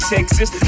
Texas